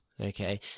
Okay